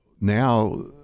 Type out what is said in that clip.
now